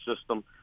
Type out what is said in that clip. system